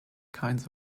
kinds